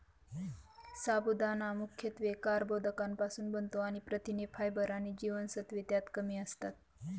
साबुदाणा मुख्यत्वे कर्बोदकांपासुन बनतो आणि प्रथिने, फायबर आणि जीवनसत्त्वे त्यात कमी असतात